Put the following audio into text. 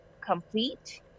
complete